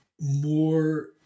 more